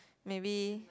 maybe